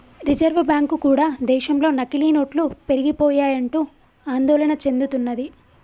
reserve bank కూడా దేశంలో నకిలీ నోట్లు పెరిగిపోయాయంటూ ఆందోళన చెందుతున్నది